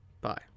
Bye